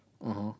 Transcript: (uh huh)